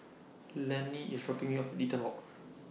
Lani IS dropping Me off Eaton Walk